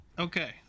Okay